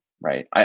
right